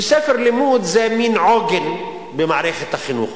שספר לימוד זה מין עוגן במערכת החינוך,